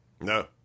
No